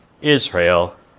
Israel